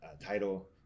title